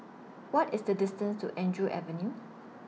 What IS The distance to Andrew Avenue